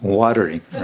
watering